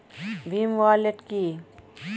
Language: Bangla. ভীম ওয়ালেট কি?